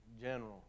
general